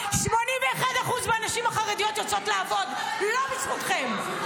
81% מהנשים החרדיות יוצאות לעבוד לא בזכותכם.